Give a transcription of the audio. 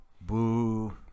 Boo